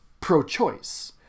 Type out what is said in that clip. pro-choice